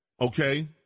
okay